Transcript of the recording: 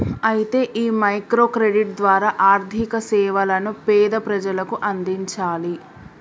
అయితే ఈ micro credit ద్వారా ఆర్థిక సేవలను పేద ప్రజలకు అందించాలి